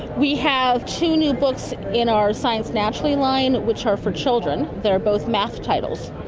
we have two new books in our science naturally line which are for children, they are both math titles.